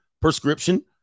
prescription